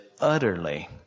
utterly